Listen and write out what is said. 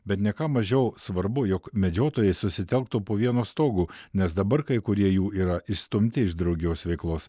bet ne ką mažiau svarbu jog medžiotojai susitelktų po vienu stogu nes dabar kai kurie jų yra išstumti iš draugijos veiklos